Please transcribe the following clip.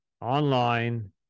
online